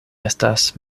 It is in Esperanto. estas